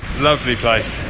lovely place!